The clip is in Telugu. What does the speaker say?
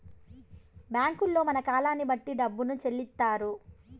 బ్యాంకుల్లో మన కాలాన్ని బట్టి డబ్బును చెల్లిత్తారు